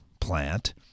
plant